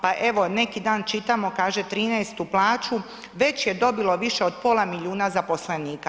Pa evo neki dan čitamo kaže 13.-tu plaću već je dobilo više od pola milijuna zaposlenika.